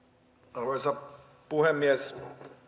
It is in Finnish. arvoisa puhemies